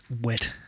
wet